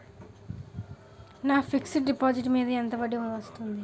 నా fixed deposit మీద ఎంత వడ్డీ వస్తుంది?